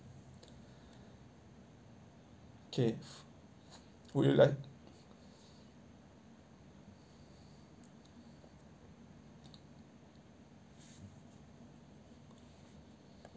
okay would you like